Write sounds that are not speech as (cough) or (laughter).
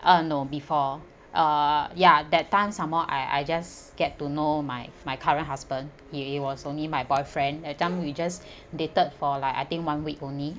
uh no before uh ya that time some more I I just get to know my my current husband he he was only my boyfriend that time we just (breath) dated for like I think one week only